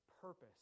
purpose